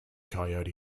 coyote